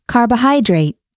Carbohydrate